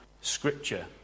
Scripture